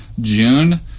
June